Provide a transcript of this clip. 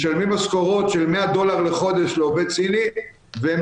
משלמים משכורות של 100 דולר לחודש לעובד סיני והם